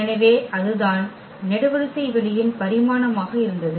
எனவே அதுதான் நெடுவரிசை வெளியின் பரிமாணமாக இருந்தது